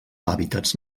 hàbitats